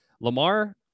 Lamar